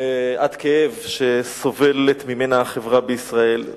עד כאב שסובלת ממנו החברה בישראל,